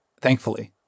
Thankfully